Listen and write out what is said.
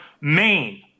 Maine